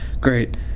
Great